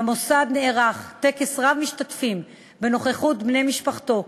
נערך במוסד טקס רב-משתתפים בנוכחות בני משפחתו,